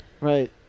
Right